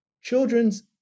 children's